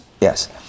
Yes